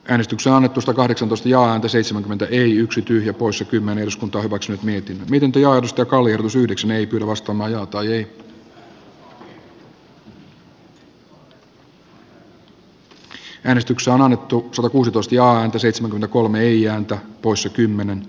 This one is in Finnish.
äänestyksen lomitusta kahdeksan kostiainen seitsemänkymmentä eli yksi tyhjä poissa kymmenen uskonto ovat syyttäneet miten työ joka oli yhdeksän eli nostamaa yleisperustelujen kohdalla on annettu ksatakuusitoista ja seitsemän kolme ian per poissa kymmenen